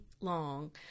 long